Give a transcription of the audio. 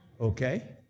okay